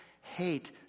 hate